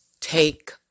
take